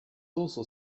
also